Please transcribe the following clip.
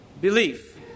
belief